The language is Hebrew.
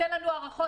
אין לנו הערכות.